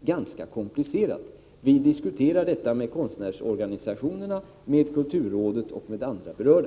ganska komplicerat. Vi diskuterar saken med konstnärsorganisationerna, med kulturrådet och med andra berörda.